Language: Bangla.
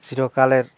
চিরকালের